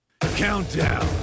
Countdown